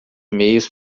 mails